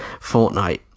Fortnite